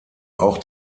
auch